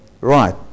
right